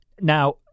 Now